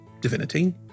divinity